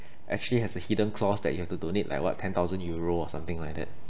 actually has a hidden clause that you have to donate like what ten thousand euro or something like that